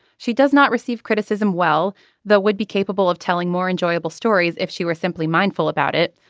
she does not receive criticism well that would be capable of telling more enjoyable stories if she were simply mindful about it.